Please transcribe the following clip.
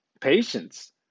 patience